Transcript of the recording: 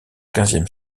quinzième